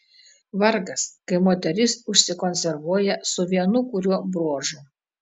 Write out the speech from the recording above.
vargas kai moteris užsikonservuoja su vienu kuriuo bruožu